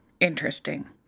Interesting